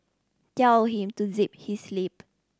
tell him to zip his lip